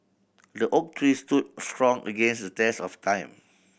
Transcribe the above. the oak tree stood strong against the test of time